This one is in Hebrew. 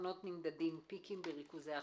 בתחנות נמדדים פיקים בריכוזי החלקיקים.